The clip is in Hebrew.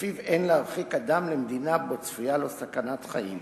שלפיו אין להרחיק אדם למדינה שבה צפויה לו סכנת חיים,